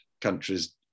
countries